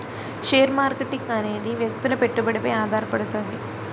share marketing అనేది వ్యక్తుల పెట్టుబడిపై ఆధారపడుతది